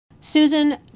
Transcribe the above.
susan